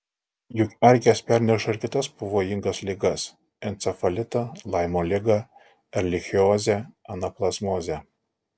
juk erkės perneša ir kitas pavojingas ligas encefalitą laimo ligą erlichiozę anaplazmozę